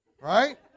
Right